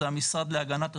זה המשרד להגנת הסביבה,